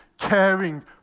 caring